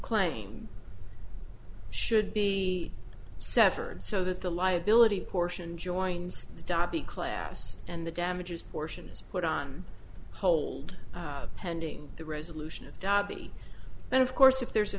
claim should be severed so that the liability portion joins the dobie class and the damages portion is put on hold pending the resolution of the dobie then of course if there's a